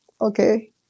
okay